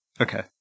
Okay